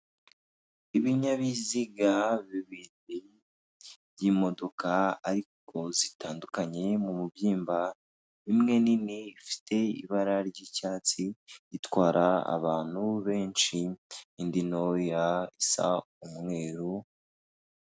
Ibinyabiziga bibiri by'imodoka ariko zitandukanye mu mubyimba imwe nini ifite ibara ry'icyatsi itwara abantu benshi indi ntoya isa umweru.